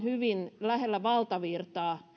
hyvin lähellä valtavirtaa